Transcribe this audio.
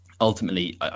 ultimately